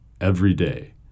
everyday